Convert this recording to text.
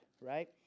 right